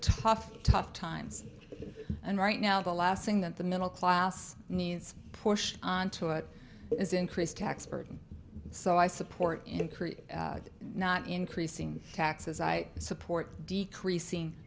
tough tough times and right now the last thing that the middle class needs pushed on to it is increased tax burden so i support increasing not increasing taxes i support decreasing